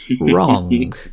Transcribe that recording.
wrong